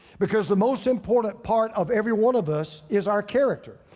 because the most important part of every one of us is our character.